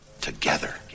together